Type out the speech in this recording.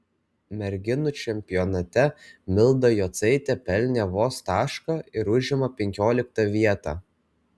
merginų čempionate milda jocaitė pelnė vos tašką ir užima penkioliktą vietą